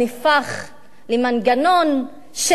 מדובר במציאות של